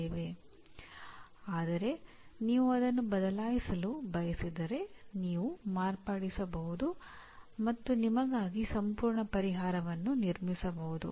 ಈ ಘಟಕದ ಪರಿಣಾಮಗಳು ಏನೆಂದರೆ ಔಟ್ಕಮ್ ಬೇಸಡ್ ಎಜುಕೇಶನ್ ಮೂಲವನ್ನು ಅರ್ಥಮಾಡಿಕೊಳ್ಳುವುದು ಪರಿಣಾಮ ಎಂದರೇನು ಮತ್ತು ಅದರ ಪ್ರಮುಖ ಲಕ್ಷಣಗಳು ಏನೆಂಬುದನ್ನು ಅರ್ಥಮಾಡಿಕೊಳ್ಳುವುದು